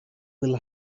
will